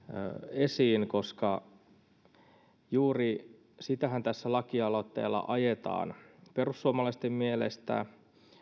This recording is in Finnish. esiin koska juuri sitähän tässä lakialoitteella ajetaan perussuomalaisten mielestä